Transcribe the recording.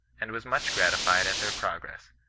and was much gratified at their progress,